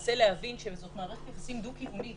למעשה להבין שזאת מערכת יחסים דו-כיוונית,